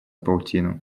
паутину